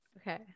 Okay